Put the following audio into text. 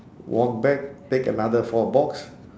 walk back take another four box